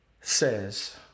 says